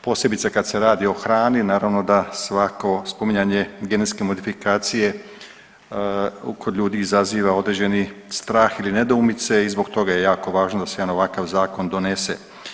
posebice kad se radi o hrani naravno da svako spominjanje genetske modifikacije kod ljudi izaziva određeni strah ili nedoumice i zbog toga je jako važno da se jedan ovakav zakon donese.